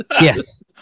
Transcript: Yes